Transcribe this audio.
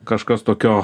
kažkas tokio